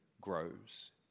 grows